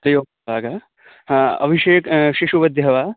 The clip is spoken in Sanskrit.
हरिः ओम् भागः हा अभिषेकः शिशुवैद्यः वा